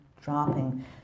dropping